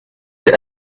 the